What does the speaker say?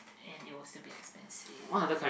and it will still be expensive